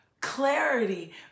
clarity